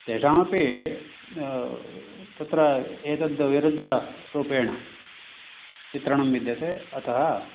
तेषामपि तत्र एतद् विरुद्धरूपेण चित्रणं विद्यते अतः